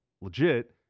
legit